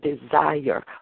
desire